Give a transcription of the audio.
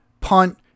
punt